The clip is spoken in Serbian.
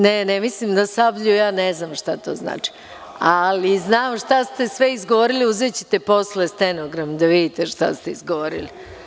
Ne, ne mislim na „Sablju“, ja ne znam šta to znači, ali znam šta ste sve izgovorili, uzećete posle stenogram da vidite šta ste izgovorili.